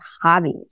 hobbies